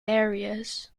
areas